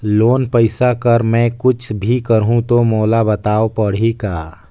Loan पइसा कर मै कुछ भी करहु तो मोला बताव पड़ही का?